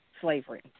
slavery